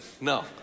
No